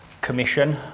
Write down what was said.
Commission